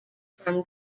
from